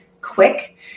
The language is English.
quick